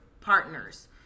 partners